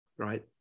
Right